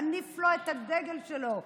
מניף לו את הדגל שלו,